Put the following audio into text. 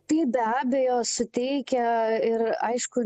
tai be abejo suteikia ir aišku